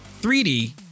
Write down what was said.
3D